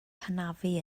hanafu